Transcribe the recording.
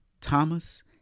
thomas